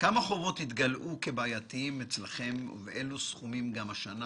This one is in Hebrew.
- כמה חובות התגלעו כ"בעייתיים" אצלכם ובאילו סכומים גם השנה,